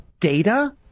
data